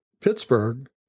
Pittsburgh